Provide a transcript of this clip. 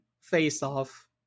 face-off